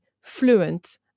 fluent